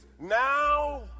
now